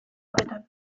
horretan